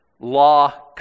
law